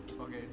Okay